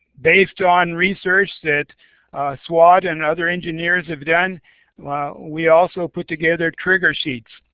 based on research that suat and other engineers have done we also put together trigger sheets.